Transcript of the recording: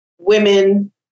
women